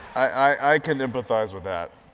i can empathize with that.